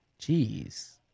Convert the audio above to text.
Jeez